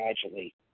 gradually